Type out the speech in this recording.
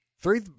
Three